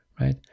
right